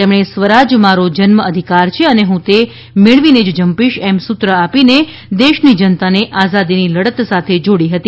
તેમણે સ્વરાજ મારો જન્મ અધિકાર છે અને હું તે મેળવીને જ જંપીશ એમ સૂત્ર આપીને દેશની જનતાને આઝાદીની લડત સાથે જોડી હતી